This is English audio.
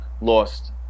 lost